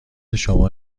شما